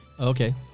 Okay